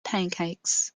pancakes